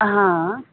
हां